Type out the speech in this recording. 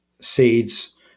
seeds